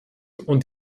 und